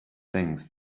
things